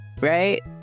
right